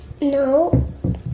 no